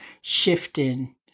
shifting